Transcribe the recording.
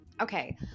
Okay